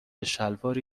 شلواری